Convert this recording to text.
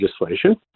legislation